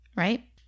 right